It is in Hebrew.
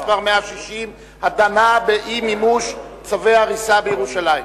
הדנה באי-מימוש צווי הריסה בירושלים.